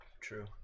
True